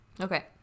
Okay